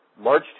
March